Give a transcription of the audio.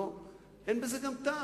אין בזה גם טעם.